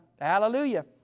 Hallelujah